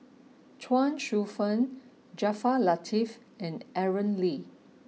Chuang Hsueh Fang Jaafar Latiff and Aaron Lee